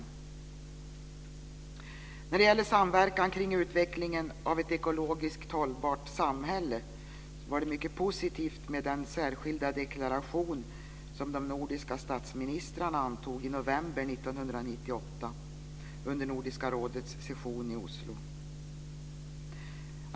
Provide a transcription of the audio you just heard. När det gäller samverkan kring utvecklingen av ett ekologiskt hållbart samhälle var det mycket positivt med den särskilda deklaration som de nordiska statsministrarna antog i november 1998 under Nordiska rådets session i Oslo.